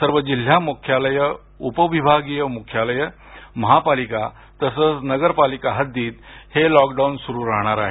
सर्व जिल्हा मुख्यालये उप विभागीय मुख्यालये महापालिका तसच नगरपालिका हद्दीत हे लॉक डाऊन सुरु राहणार आहे